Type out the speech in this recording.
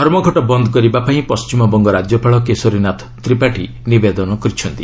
ଧର୍ମଘଟ ବନ୍ଦ କରିବା ପାଇଁ ପଣ୍ଢିମବଙ୍ଗ ରାଜ୍ୟପାଳ କେଶରୀନାଥ ତ୍ରିପାଠୀ ନିବେଦନ କରିଛନ୍ତି